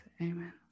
Amen